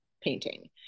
painting